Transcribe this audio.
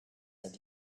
said